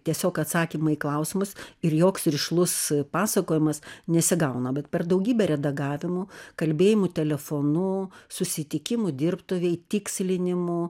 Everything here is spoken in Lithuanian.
tiesiog atsakymai į klausimus ir joks rišlus pasakojimas nesigauna bet per daugybę redagavimų kalbėjimų telefonu susitikimų dirbtuvėj tikslinimų